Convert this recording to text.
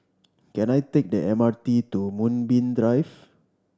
can I take the M R T to Moonbeam Drive